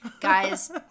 Guys